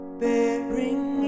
bearing